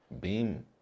Beam